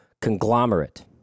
conglomerate